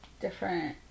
Different